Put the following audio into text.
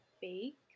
bake